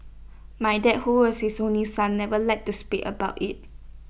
my dad who was his only son never liked to speak about IT